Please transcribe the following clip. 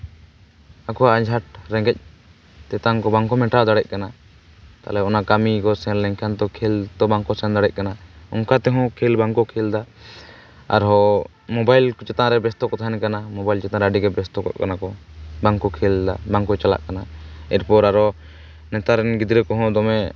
ᱟᱠᱚᱣᱟᱜ ᱟᱸᱡᱷᱟᱴ ᱨᱮᱸᱜᱮᱡ ᱛᱮᱛᱟᱝ ᱠᱚ ᱵᱟᱝᱠᱚ ᱢᱮᱴᱟᱣ ᱫᱟᱲᱮᱭᱟᱜ ᱠᱟᱱᱟ ᱛᱟᱞᱚᱦᱮ ᱚᱱᱟ ᱠᱟᱹᱢᱤ ᱠᱮ ᱥᱮᱱ ᱞᱮᱱᱠᱷᱟᱱ ᱛᱚ ᱠᱷᱮᱞ ᱛᱚ ᱵᱟᱝᱠᱚ ᱥᱮᱱ ᱫᱟᱲᱮᱭᱟᱜ ᱠᱟᱱᱟ ᱚᱱᱠᱟ ᱛᱮᱦᱚᱸ ᱠᱷᱮᱞ ᱵᱟᱝᱠᱚ ᱠᱷᱮᱞ ᱮᱫᱟ ᱟᱨᱦᱚᱸ ᱢᱳᱵᱟᱭᱤᱞ ᱪᱮᱛᱟᱱ ᱨᱮ ᱵᱮᱥᱛᱚ ᱠᱚ ᱛᱟᱦᱮᱱ ᱠᱟᱱᱟ ᱢᱳᱵᱟᱭᱤᱞ ᱪᱮᱛᱟᱱ ᱨᱮ ᱟᱹᱰᱤᱜᱮ ᱵᱮᱥᱛᱚ ᱠᱚᱜ ᱠᱟᱱᱟ ᱠᱚ ᱵᱟᱝᱠᱚ ᱠᱷᱮᱹᱞ ᱫᱟ ᱵᱟᱝᱠᱚ ᱪᱟᱞᱟᱜ ᱠᱟᱱᱟ ᱮᱨᱯᱚᱨ ᱟᱨᱚ ᱱᱮᱛᱟᱨ ᱨᱮᱱ ᱜᱤᱫᱽᱨᱟᱹ ᱠᱚᱦᱚᱸ ᱫᱚᱢᱮ